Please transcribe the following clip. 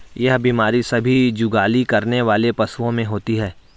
यह बीमारी सभी जुगाली करने वाले पशुओं में होती है